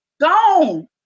gone